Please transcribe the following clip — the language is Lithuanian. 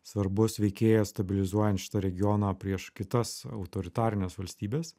svarbus veikėjas stabilizuojant šitą regioną prieš kitas autoritarines valstybes